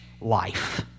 life